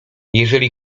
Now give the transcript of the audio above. jeżeli